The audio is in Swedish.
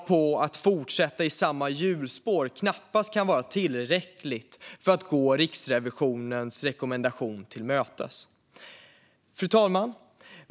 Att fortsätta i samma hjulspår kan därför knappast vara tillräckligt för att gå Riksrevisionens rekommendation till mötes. Fru talman!